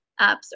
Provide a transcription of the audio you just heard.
apps